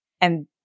And-